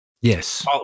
Yes